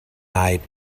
night